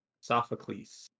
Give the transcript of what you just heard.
Sophocles